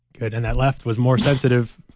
good. and that left was more sensitive.